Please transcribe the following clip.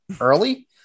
early